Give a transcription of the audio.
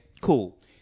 cool